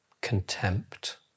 contempt